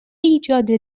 ایجاد